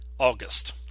August